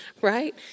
Right